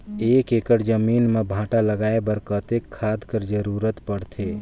एक एकड़ जमीन म भांटा लगाय बर कतेक खाद कर जरूरत पड़थे?